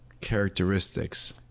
characteristics